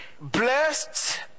blessed